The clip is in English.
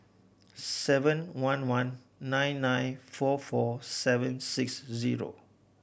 seven one one nine nine four four seven six zero